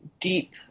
deep